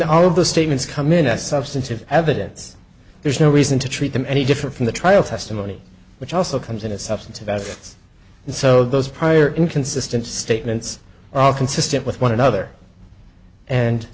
the all of the statements come in as substantive evidence there's no reason to treat them any different from the trial testimony which also comes in a substantive out so those prior inconsistent statements are consistent with one another and